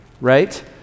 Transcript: right